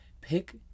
pick